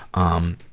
um,